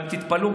תתפלאו,